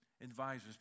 Advisors